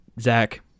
Zach